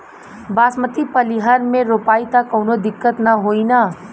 बासमती पलिहर में रोपाई त कवनो दिक्कत ना होई न?